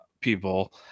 people